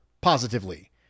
positively